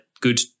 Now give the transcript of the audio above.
good